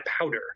powder